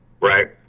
right